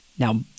Now